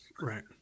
Right